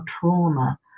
trauma